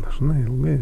dažnai ilgai